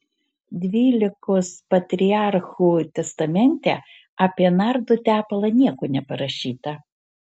dvylikos patriarchų testamente apie nardo tepalą nieko neparašyta